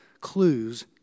clues